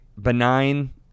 benign